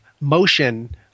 motion